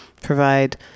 provide